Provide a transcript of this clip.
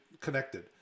connected